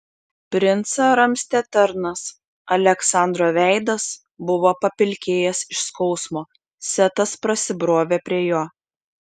princą ramstė tarnas aleksandro veidas buvo papilkėjęs iš skausmo setas prasibrovė prie jo